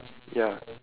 ya